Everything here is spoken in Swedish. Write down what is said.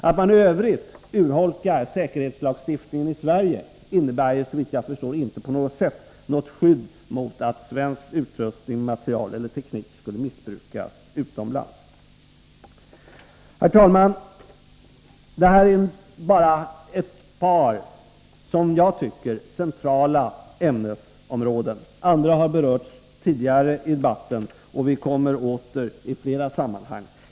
Att man i övrigt urholkar säkerhetslagstiftningen i Sverige innebär, såvitt jag förstår, inte på något sätt något skydd mot att svensk utrustning, material eller teknik skulle missbrukas utomlands. Herr talman! Detta är bara ett par enligt min mening centrala ämnesområden. Andra har berörts tidigare i debatten, och vi kommer åter i flera sammanhang.